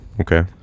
okay